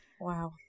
Wow